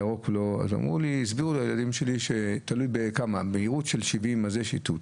הילדים שלי הסבירו לי שבמהירות 70 יש איתות,